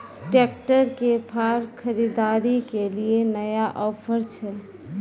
Tractor के फार खरीदारी के लिए नया ऑफर छ?